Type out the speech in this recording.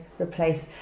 replace